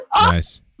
Nice